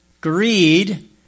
greed